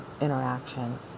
interaction